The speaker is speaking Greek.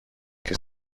και